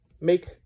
make